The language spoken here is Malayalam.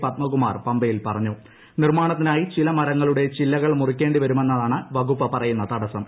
പത്മകുമാർ നിർമ്മാണത്തിനായി ചില മർങ്ങളുടെ ചില്ലകൾ മുറിക്കേണ്ടി വരുമെന്നതാണ് വകുപ്പ് പ്രറയുന്ന തടസ്സം